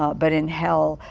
but in hell.